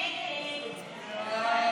אני מבין